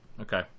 okay